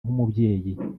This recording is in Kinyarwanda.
nk’umubyeyi